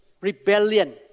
rebellion